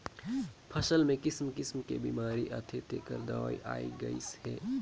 फसल मे किसिम किसिम के बेमारी आथे तेखर दवई आये गईस हे